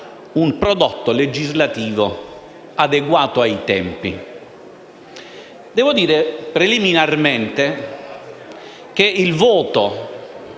un prodotto legislativo adeguato ai tempi. Devo dire preliminarmente che il voto